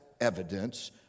evidence